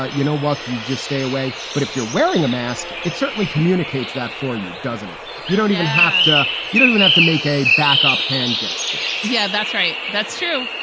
ah you know, walk. you you just stay away. but if you're wearing a mask, it certainly communicates that for you, doesn't it? you don't even have to. you don't even have to make a backup hand gesture yeah. that's right. that's true.